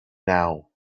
now